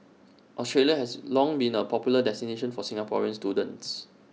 Australia has long been A popular destination for Singaporean students